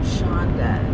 Shonda